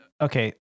okay